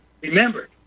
Remember